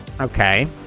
Okay